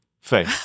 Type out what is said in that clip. face